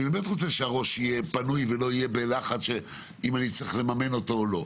אני רוצה שהראש יהיה פנוי ולא עסוק אם צריך לממן אותם או לא.